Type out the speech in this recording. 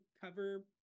cover